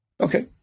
Okay